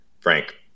Frank